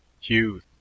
Hugh